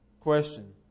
Question